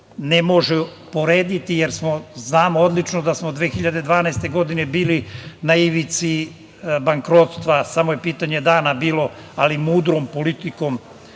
ne može porediti, jer znamo odlično da smo 2012. godine bili na ivici bankrotstva, samo je pitanje dana bilo, ali mudrom politikom,